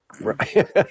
Right